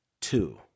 Two